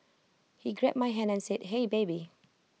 he grabbed my hand and said hey baby